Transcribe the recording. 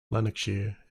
lanarkshire